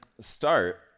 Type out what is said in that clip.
start